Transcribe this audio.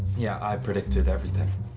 yeah, i predicted everything.